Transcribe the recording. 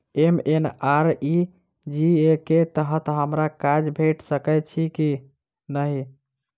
MNREGA कऽ तहत हमरा काज भेट सकय छई की नहि?